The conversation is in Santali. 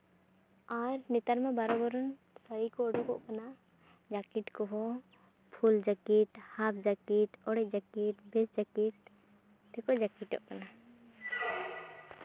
ᱟᱨ ᱱᱮᱛᱟᱨ ᱢᱟ ᱵᱟᱨᱚ ᱵᱚᱨᱚᱱ ᱥᱟᱹᱲᱤ ᱠᱚ ᱚᱰᱳᱠᱚᱜ ᱠᱟᱱᱟ ᱡᱟᱹᱠᱤᱴ ᱠᱚᱦᱚᱸ ᱯᱷᱩᱞ ᱡᱟᱹᱠᱤᱴ ᱦᱟᱯᱷ ᱡᱟᱹᱠᱤᱴ ᱚᱲᱮᱜ ᱡᱟᱹᱠᱤᱴ ᱵᱮᱥ ᱡᱟᱹᱠᱤᱴ ᱛᱮᱠᱚ ᱡᱟᱹᱠᱤᱴᱚᱜ ᱠᱟᱱᱟ